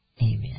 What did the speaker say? Amen